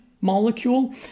molecule